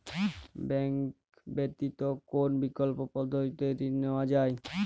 Bank ব্যতিত কোন বিকল্প পদ্ধতিতে ঋণ নেওয়া যায়?